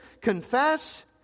Confess